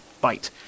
bite